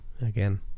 again